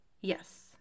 Yes